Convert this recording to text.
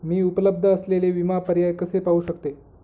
मी उपलब्ध असलेले विमा पर्याय कसे पाहू शकते?